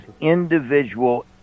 individual